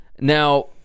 Now